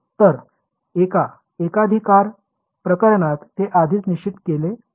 तर एका एकाधिकार प्रकरणात ते आधीच निश्चित केले आहे